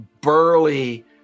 burly